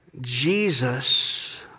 Jesus